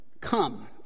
come